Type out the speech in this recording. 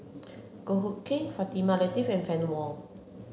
Goh Hood Keng Fatimah Lateef and Fann Wong